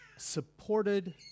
Supported